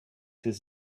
his